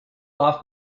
off